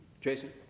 Jason